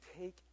take